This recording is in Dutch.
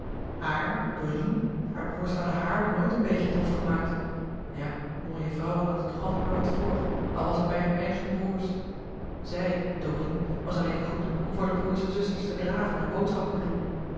dorine hare broêrs hadden haar nooit een beetje het hof gemaakt ja mooie vrouwen hadden toch altijd maar wat voor al was het bij hun eigen broêrs zij dorine was alleen goed om voor de broêrs en zusters te draven en boodschappen te doen